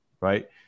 right